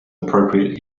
appropriate